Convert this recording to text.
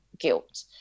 guilt